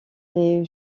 les